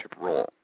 role